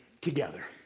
together